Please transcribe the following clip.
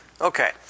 Okay